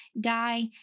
die